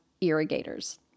irrigators